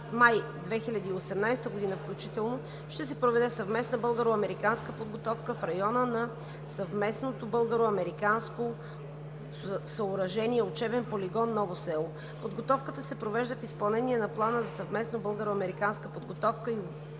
май 2018 г. включително ще се проведе съвместна българо-американска подготовка в района на съвместното българо-американско съоръжение – Учебен полигон „Ново село“. Подготовката се провежда в изпълнение на Плана за съвместна българо-американска подготовка и